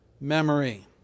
memory